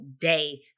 day